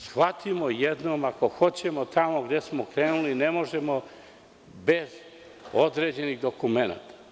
Shvatimo jednom, ako hoćemo tamo gde smo krenuli ne možemo bez određenih dokumenata.